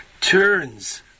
turns